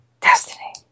Destiny